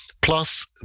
plus